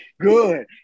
Good